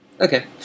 Okay